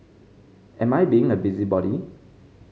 am I being a busybody